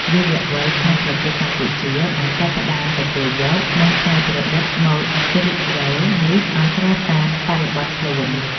យុវវ័យក្នុងប្រទេសកម្ពុជាបានចាប់ផ្តើមទទួលយក និងច្នៃប្រឌិតម៉ូដស្ទ្រីតវែរនេះឱ្យស្របតាមបរិបទខ្លួន។